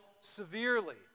severely